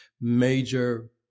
major